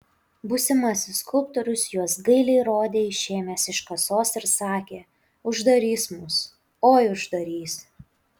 būsimasis skulptorius juos gailiai rodė išėmęs iš kasos ir sakė uždarys mus oi uždarys